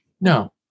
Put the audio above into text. No